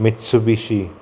Mitsubishi